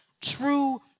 true